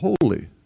holy